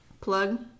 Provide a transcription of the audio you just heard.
plug